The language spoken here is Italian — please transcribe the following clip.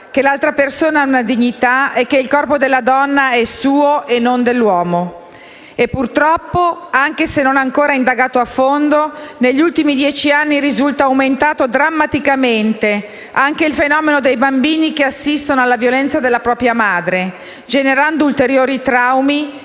che l'altra persona ha una dignità e che il corpo della donna è suo e non dell'uomo. Purtroppo, anche se non ancora indagato a fondo, negli ultimi dieci anni risulta aumentato drammaticamente anche il fenomeno dei bambini che assistono alla violenza sulla propria madre, generando ulteriori traumi